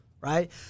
right